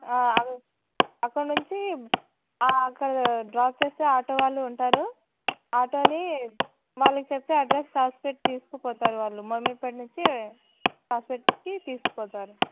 అక్కడి నుంచి అక్కడ డ్రాప్ చేస్తే ఆటో వాళ్ళు ఉంటారు ఆటోనీ వాళ్ళకు చెప్తే అడ్రస్ రాసి పెట్టి తీసుకుపోతారు వాళ్ళు మోమిన్ పేట్ నుంచి రాసి పెట్టి తీసుకుపోతారు